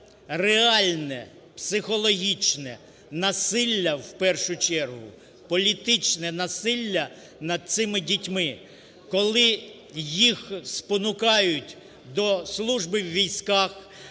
реальне, психологічне насилля в першу чергу, політичне насилля над цими дітьми. Коли їх спонукають до служби в військах,